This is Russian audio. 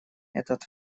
этот